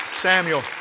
Samuel